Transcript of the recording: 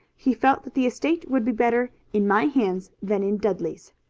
he felt that the estate would be better in my hands than in dudley's.